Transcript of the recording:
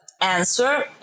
answer